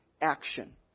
Action